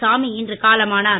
சாமி இன்று காலமானார்